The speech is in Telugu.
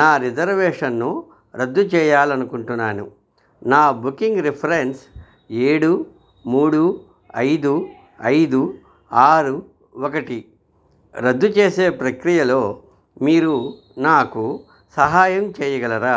నా రిజర్వేషన్ను రద్దు చేయాలి అనుకుంటున్నాను నా బుకింగ్ రిఫరెన్స్ ఏడు మూడు ఐదు ఐదు ఆరు ఒకటి రద్దు చేసే ప్రక్రియలో మీరు నాకు సహాయం చేయగలరా